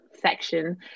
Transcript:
section